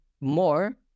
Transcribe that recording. more